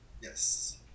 Yes